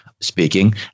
speaking